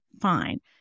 fine